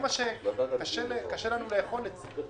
קשה לנו לאכול את זה.